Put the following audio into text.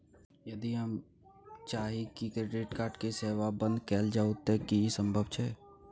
यदि हम चाही की क्रेडिट कार्ड के सेवा बंद कैल जाऊ त की इ संभव छै?